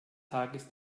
tages